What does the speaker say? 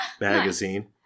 magazine